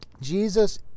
Jesus